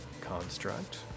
construct